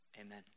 amen